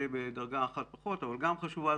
בדרגה אחת פחות אבל גם חשובה,